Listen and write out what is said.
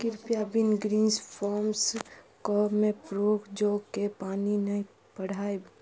कृपया Wingreens Farms कऽ Mepro जौके पानि नहि पटायब